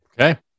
okay